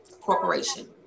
corporation